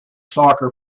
soccer